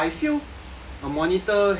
the monitor has